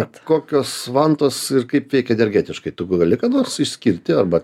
tad kokios vantos ir kaip veikia energetiškai tu gali ką nors išskirti arba